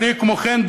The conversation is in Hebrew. כמו כן,